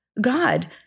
God